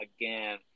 again